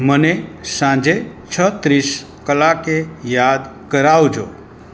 મને સાંજે છ ત્રીસ કલાકે યાદ કરાવજો